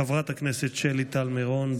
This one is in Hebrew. חברת הכנסת שלי טל מירון.